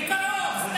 בקרוב.